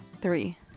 three